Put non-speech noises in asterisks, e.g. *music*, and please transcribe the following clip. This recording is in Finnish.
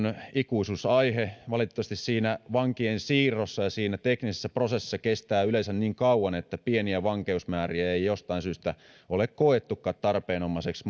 ikuisuusaihe valitettavasti vankien siirrossa ja siinä teknisessä prosessissa kestää yleensä niin kauan että pieniä vankeusmääriä ei jostain syystä ole koettukaan tarpeenmukaiseksi *unintelligible*